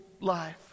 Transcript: life